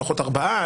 לפחות ארבעה,